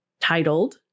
titled